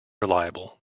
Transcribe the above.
reliable